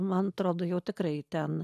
man atrodo jau tikrai ten